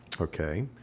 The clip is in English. Okay